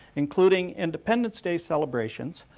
including independence day celebrations,